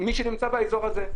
מי שנמצא באזור הזה.